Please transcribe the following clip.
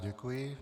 Děkuji.